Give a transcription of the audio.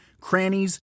crannies